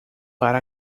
para